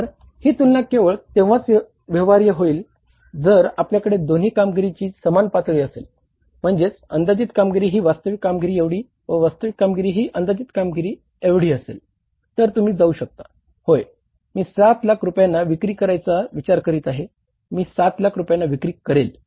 तर ही तुलना केवळ तेव्हाच व्यवहार्य होईल जर आपल्याकडे दोन्ही कामगिरीची समान पातळी असेल म्हणजेच अंदाजित कामगिरी ही वास्तविक कामगिरी एवढी व वास्तविक कामगिरी ही अंदाजित कामगिरी एवढी असेल तर तुम्ही जाऊ शकता होय मी 7 लाख रुपयांना विक्री करायचा विचार करीत आहे मी 7 लाख रुपयांना विक्री करेल